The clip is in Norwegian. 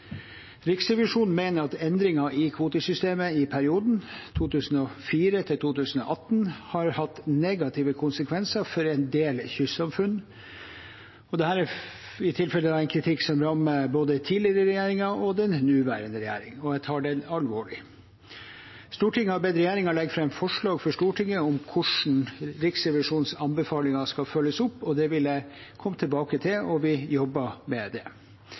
Riksrevisjonen mener at endringer i kvotesystemet i perioden 2004–2018 har hatt negative konsekvenser for en del kystsamfunn. Dette er i tilfelle en kritikk som rammer både tidligere regjeringer og den nåværende, og jeg tar den alvorlig. Stortinget har bedt regjeringen legge fram et forslag for Stortinget om hvordan Riksrevisjonens anbefalinger skal følges opp; det vil jeg komme tilbake til, og vi jobber med det.